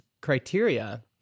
criteria